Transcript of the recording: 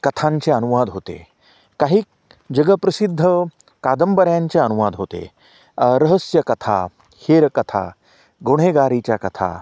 कथांचे अनुवाद होते काही जगप्रसिद्ध कादंबऱ्यांचे अनुवाद होते रहस्य कथा हेरकथा गुन्हेगारीच्या कथा